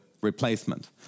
replacement